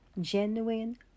genuine